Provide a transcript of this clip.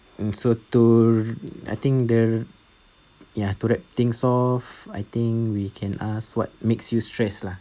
in so to I think the ya to wrap things off I think we can ask what makes you stress lah